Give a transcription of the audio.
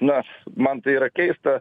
na man tai yra keista